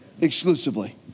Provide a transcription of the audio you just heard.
exclusively